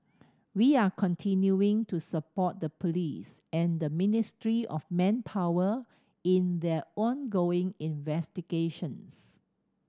we are continuing to support the police and the Ministry of Manpower in their ongoing investigations